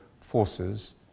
forces